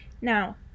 Now